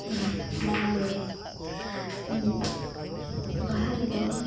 ᱦᱮᱸ ᱢᱟᱱᱟᱣᱜᱮ ᱵᱟᱦᱟ ᱨᱮᱫᱚ